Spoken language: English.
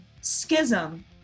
Schism